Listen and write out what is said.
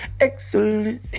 excellent